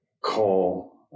call